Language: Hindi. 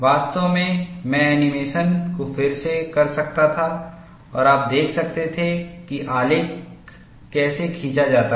वास्तव में मैं एनीमेशन को फिर से कर सकता था और आप देख सकते थे कि आलेख कैसे खींचा जाता है